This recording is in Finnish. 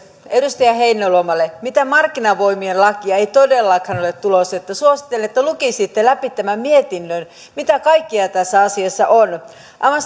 edustaja heinäluomalle mitään markkinavoimien lakia ei todellakaan ole tulossa suosittelen että lukisitte läpi tämän mietinnön mitä kaikkea tässä asiassa on aivan